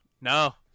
No